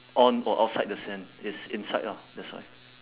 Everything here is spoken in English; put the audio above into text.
on or outside the sand it's inside lah that's why